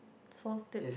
so deep